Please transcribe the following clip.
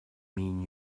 mean